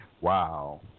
Wow